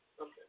Okay